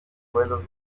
vuelos